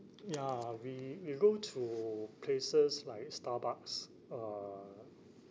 ya we we'll go to places like starbucks uh